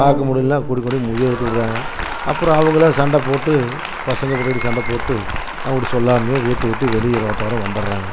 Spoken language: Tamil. பார்க்க முடியலனா கூட்டி போய் முதியோர் இல்லத்துலவிட்றாங்க அப்பறம் அவங்களே சண்டை போட்டு பசங்க பொண்டாட்டி சண்டை போட்டு அவங்கள்கிட்ட சொல்லாமலே வீட்டை விட்டு வெளியே ரோட்டோரம் வந்துட்றாங்க